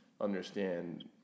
understand